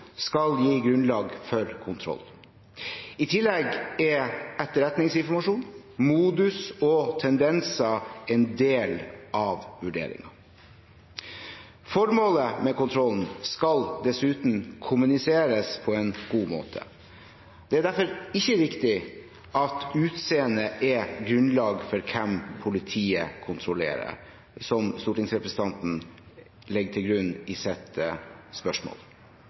skal gi grunnlag for kontroll. I tillegg er etterretningsinformasjon, modus og tendenser en del av vurderingen. Formålet med kontrollen skal dessuten kommuniseres på en god måte. Det er derfor ikke riktig at utseendet er grunnlag for hvem politiet kontrollerer, som stortingsrepresentanten legger til grunn i sitt spørsmål.